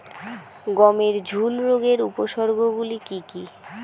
গমের ঝুল রোগের উপসর্গগুলি কী কী?